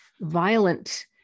violent